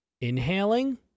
inhaling